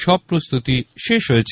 সব প্রস্তুতি শেষ হয়েছে